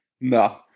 No